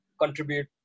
contribute